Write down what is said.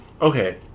okay